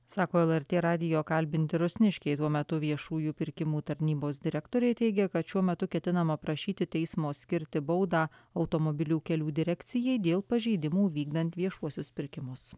sako lrt radijo kalbinti rusniškiai tuo metu viešųjų pirkimų tarnybos direktorė teigia kad šiuo metu ketinama prašyti teismo skirti baudą automobilių kelių direkcijai dėl pažeidimų vykdant viešuosius pirkimus